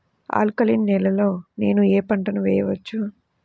Alkaline నేలలో నేనూ ఏ పంటను వేసుకోవచ్చు?